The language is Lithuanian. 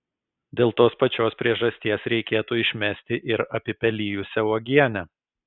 dėl tos pačios priežasties reikėtų išmesti ir apipelijusią uogienę